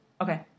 okay